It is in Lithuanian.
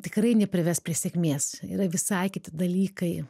tikrai neprives prie sėkmės yra visai kiti dalykai